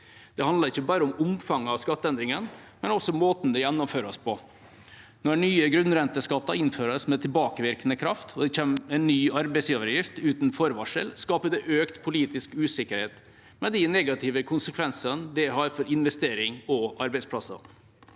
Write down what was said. Det handler ikke bare om omfanget av skatteendringene, men også om måten det gjennomføres på. Når nye grunnrenteskatter innføres med tilbakevirkende kraft og det kommer en ny arbeidsgiveravgift uten forvarsel, skaper det økt politisk usikkerhet, med de negative konsekvensene det har for investeringer og arbeidsplasser.